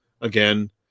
again